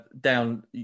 down